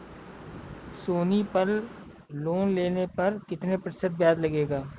सोनी पल लोन लेने पर कितने प्रतिशत ब्याज लगेगा?